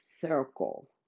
circle